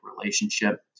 relationship